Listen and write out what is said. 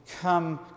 come